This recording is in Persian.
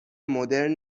مدرن